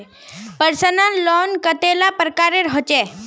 Personal loan कतेला प्रकारेर होचे?